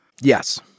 Yes